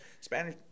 Spanish